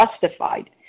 justified